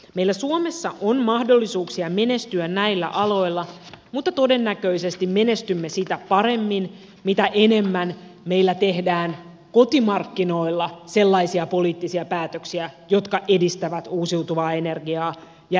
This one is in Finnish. meillä suomessa on mahdollisuuksia menestyä näillä aloilla mutta todennäköisesti menestymme sitä paremmin mitä enemmän meillä tehdään kotimarkkinoilla sellaisia poliittisia päätöksiä jotka edistävät uusiutuvaa energiaa ja energiatehokkuutta